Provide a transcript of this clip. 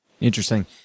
Interesting